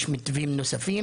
יש מתווים נוספים,